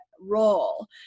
role